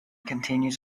continues